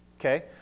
okay